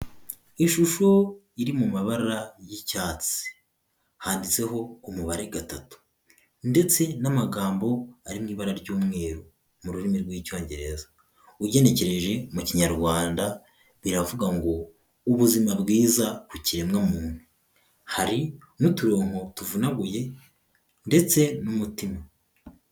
Ishusho iri mu mabara y'icyatsi handitseho umubare gatatu ndetse n'amagambo ari mu ibara ry'umweru mu rurimi rw'icyongereza ugenekereje mu kinyarwanda biravuga ngo ubuzima bwiza ku kiremwa muntu hari n'uturongo tuvunaguye ndetse n'umutima.